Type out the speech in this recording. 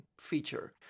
feature